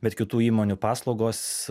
bet kitų įmonių paslaugos